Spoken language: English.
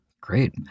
Great